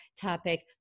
topic